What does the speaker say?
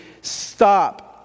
stop